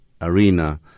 arena